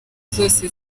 zose